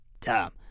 Tom